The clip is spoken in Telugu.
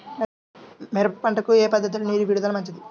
మిరప పంటకు ఏ పద్ధతిలో నీరు విడుదల మంచిది?